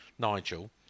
Nigel